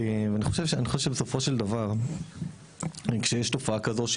אני חושב שאני חושב שבסופו של דבר כשיש תופעה כזו,